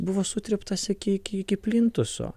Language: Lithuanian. buvo sutryptas iki iki iki plintuso